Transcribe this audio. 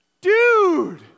dude